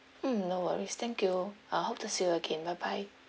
mm no worries thank you I hope to see you again bye bye